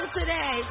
today